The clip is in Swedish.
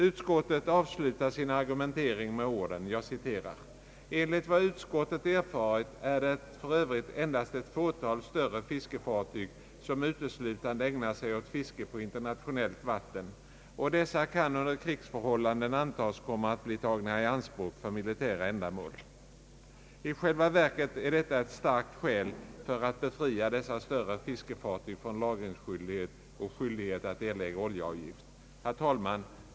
Utskottet avslutar sin argumentering med orden: »Enligt vad utskottet erfarit är det för övrigt endast ett fåtal större fiskefartyg som uteslutande ägnar sig åt fiske på internationellt vatten och dessa kan under krigsförhållanden antas komma att bli tagna i anspråk för militära ändamål» I själva verket är detta ett starkt skäl för att man skall befria dessa större fiskefartyg från lagringsskyldighet och skyldighet att erlägga oljeavgift. Herr talman!